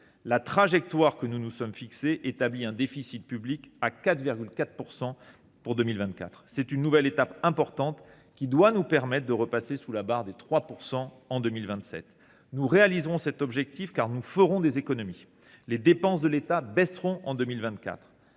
La trajectoire que nous nous sommes fixée prévoit un déficit public de 4,4 % pour 2024. C’est une nouvelle étape importante, qui doit nous permettre de repasser sous la barre des 3 % en 2027. Nous atteindrons cet objectif, car nous ferons des économies. Les dépenses de l’État baisseront en 2024